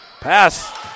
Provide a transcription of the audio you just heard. Pass